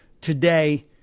today